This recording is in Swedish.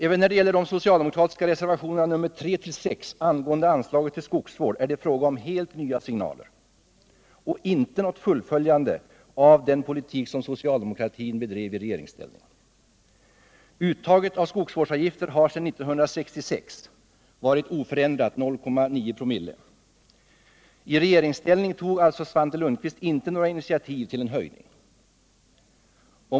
Även när det gäller de socialdemokratiska reservationerna 3-6 angående anslagen till skogsvård är det fråga om helt nya signaler och inte om något fullföljande av den politik som socialdemokratin bedrev i regeringsställning. Uttaget av skogsvårdsavgifter har sedan 1966 varit oförändrat 0,9 ?/oo. I regeringsställning tog alltså Svante Lundkvist inte några initiativ till en höjning.